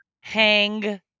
Hang